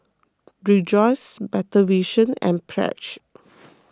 Rejoice Better Vision and Pledge